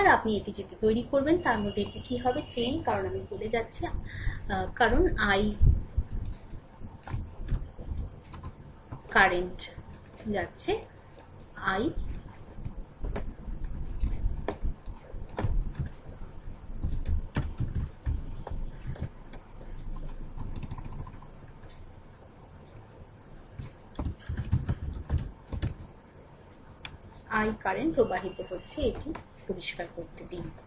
সুতরাং আপনি যদি এটি এটি তৈরি করেন তবে আমার মধ্যে এটি কী হবে 10 কারণ I বয়ে যাচ্ছি I কারেন্ট প্রবাহিত করছি এটি পরিষ্কার করতে দিন